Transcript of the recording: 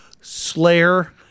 Slayer